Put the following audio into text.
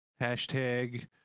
Hashtag